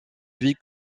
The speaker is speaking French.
vie